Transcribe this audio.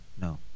no